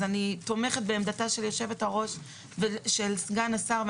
אני תומכת בעמדתה של יושבת ראש הוועדה ובעמדתו של סגן השר.